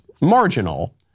marginal